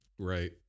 Right